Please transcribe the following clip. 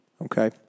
Okay